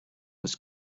was